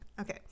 Okay